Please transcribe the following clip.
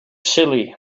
silly